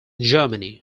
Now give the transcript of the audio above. germany